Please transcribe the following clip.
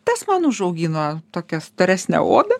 tas man užaugino tokią storesnę odą